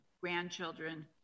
grandchildren